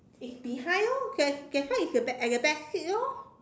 it's behind lor that's that's why is a at the back seat lor